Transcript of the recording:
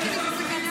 הזהות שלי בסכנה,